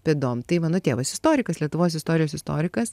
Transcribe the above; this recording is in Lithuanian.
pėdom tai mano tėvas istorikas lietuvos istorijos istorikas